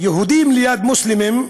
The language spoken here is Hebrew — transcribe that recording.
יהודים ליד מוסלמים,